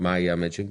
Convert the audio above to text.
מה יהיה המצ'ינג?